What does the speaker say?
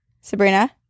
Sabrina